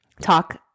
talk